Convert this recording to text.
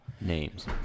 Names